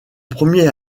premier